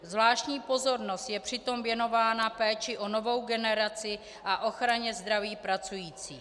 Zvláštní pozornost je přitom věnována péči o novou generaci a ochraně zdraví pracujících.